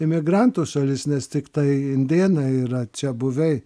emigrantų šalis nes tiktai indėnai yra čiabuviai